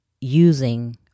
using